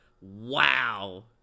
Wow